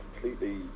completely